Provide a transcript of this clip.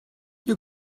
you